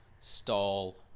stall